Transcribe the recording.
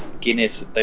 Guinness